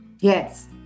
Yes